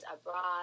abroad